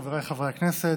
חבריי חברי הכנסת,